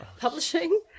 publishing